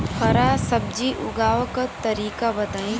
हरा सब्जी उगाव का तरीका बताई?